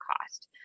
cost